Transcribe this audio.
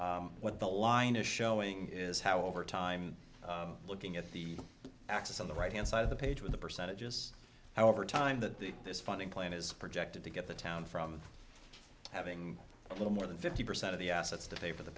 what the line is showing is how over time looking at the access on the right hand side of the page with the percentages how over time that this funding plan is projected to get the town from having a little more than fifty percent of the assets to pay for the